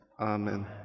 Amen